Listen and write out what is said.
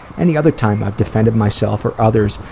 any other time i've defended myself or others,